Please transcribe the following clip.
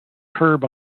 curb